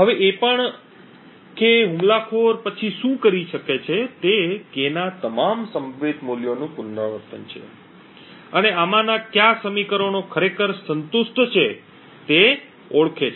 હવે એ પણ કે હુમલાખોર પછી શું કરી શકે તે K ના તમામ સંભવિત મૂલ્યોનું પુનરાવર્તન છે અને આમાંના કયા સમીકરણો ખરેખર સંતુષ્ટ છે તે ઓળખે છે